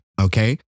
okay